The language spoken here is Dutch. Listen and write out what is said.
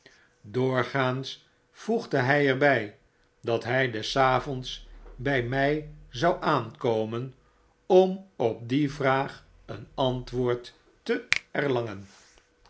doorgaans voegde hy er by dat hy des avonds bij my zou aankomen om op die vraag een antwoord te erlangen